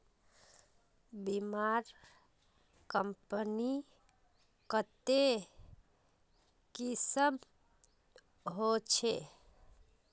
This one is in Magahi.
बीमार कंपनी कत्ते किस्म होछे